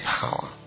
power